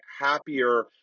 happier